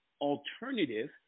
alternative